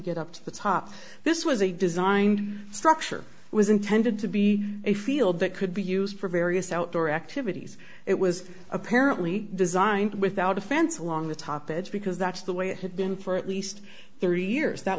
get up to the top this was a designed structure was intended to be a field that could be used for various outdoor activities it was apparently designed without a fence along the top edge because that's the way it had been for at least thirty years that